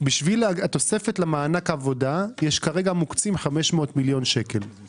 מבקש התוספת למענק לא תהיה באחוז שרירותי שאנחנו נקבע,